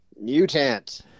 Mutant